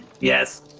Yes